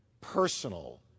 personal